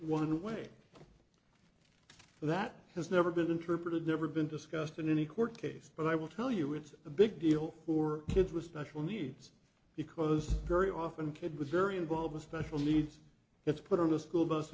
one way that has never been interpreted never been discussed in any court case but i will tell you it's a big deal for kids with special needs because very often kid was very involved with special needs it's put on the school bus